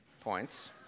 points